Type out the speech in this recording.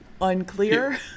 Unclear